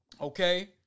Okay